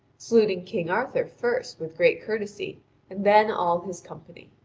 saluting king arthur first with great courtesy and then all his company.